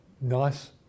nice